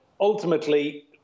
ultimately